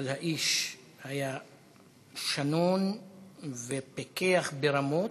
אבל האיש היה שנון ופיקח ברמות.